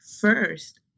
first